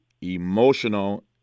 emotional